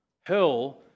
Hell